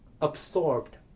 absorbed